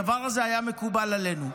הדבר הזה היה מקובל עלינו.